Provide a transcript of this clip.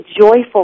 joyful